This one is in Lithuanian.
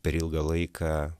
per ilgą laiką